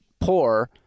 poor